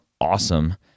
awesome